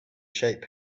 sheep